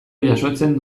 jasotzen